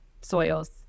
soils